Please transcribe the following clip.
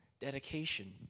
dedication